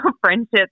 friendships